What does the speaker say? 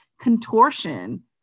contortion